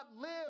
live